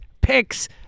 Picks